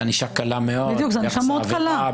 זו ענישה קלה מאוד ביחס לעבירה.